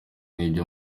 n’ibyo